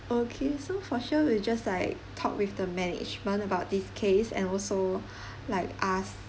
okay so for sure we'll just like talk with the management about this case and also like ask